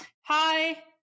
Hi